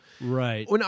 Right